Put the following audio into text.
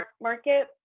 market